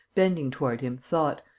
bending toward him, thought,